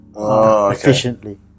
Efficiently